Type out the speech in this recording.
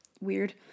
weird